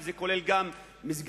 זה כולל גם מסגדים,